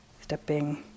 stepping